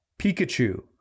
Pikachu